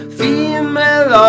female